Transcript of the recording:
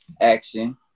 action